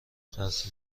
قصر